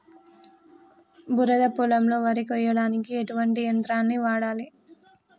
బురద పొలంలో వరి కొయ్యడానికి ఎటువంటి యంత్రాన్ని వాడాలి?